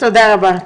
תודה רבה.